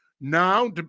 now